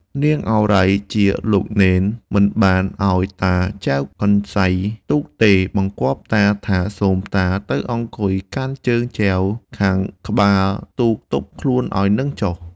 នាងឱរ៉ៃ ជាលោកនេន មិនបានឲ្យតាចែវកន្សៃទូកទេ បង្គាប់តាថា " សូមតាទៅអង្គុយកាន់ជើងចែវខាងក្បាល ទូកទប់ខ្លួនឲ្យនឹងចុះ” ។